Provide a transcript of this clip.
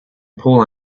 pool